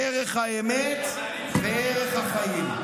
ערך האמת וערך החיים.